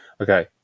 Okay